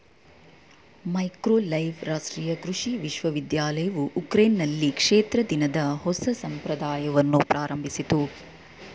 Mykolaiv ರಾಷ್ಟ್ರೀಯ ಕೃಷಿ ವಿಶ್ವವಿದ್ಯಾಲಯವು ಉಕ್ರೇನ್ನಲ್ಲಿ ಕ್ಷೇತ್ರ ದಿನದ ಹೊಸ ಸಂಪ್ರದಾಯವನ್ನು ಪ್ರಾರಂಭಿಸಿತು